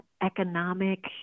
economic